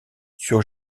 sur